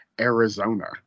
Arizona